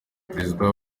perezida